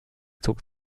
zog